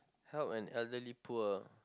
help an elderly poor